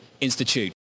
Institute